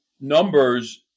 numbers